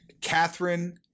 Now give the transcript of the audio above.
Catherine